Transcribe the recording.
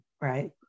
right